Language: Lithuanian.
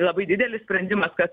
labai didelis sprendimas kad